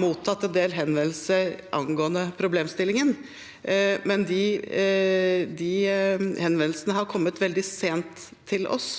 mottatt en del henvendelser angående problemstillingen. De henvendelsene har kommet veldig sent til oss,